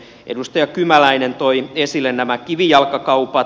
edustaja kymäläinen toi esille nämä kivijalkakaupat